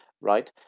right